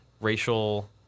racial